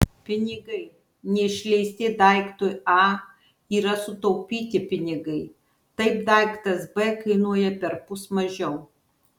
pinigai neišleisti daiktui a yra sutaupyti pinigai taip daiktas b kainuoja perpus mažiau